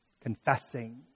Confessing